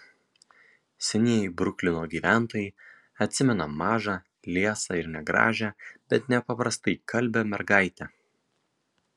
senieji bruklino gyventojai atsimena mažą liesą ir negražią bet nepaprastai kalbią mergaitę